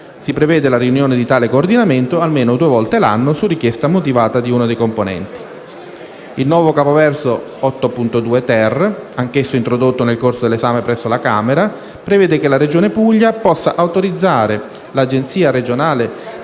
Si prevede la riunione di tale coordinamento almeno due volte l'anno su richiesta motivata di uno dei componenti. Il nuovo comma 8.2-*ter*, anch'esso introdotto nel corso dell'esame presso la Camera, prevede che la Regione Puglia possa autorizzare l'Agenzia regionale